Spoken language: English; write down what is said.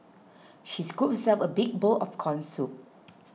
she scooped herself a big bowl of Corn Soup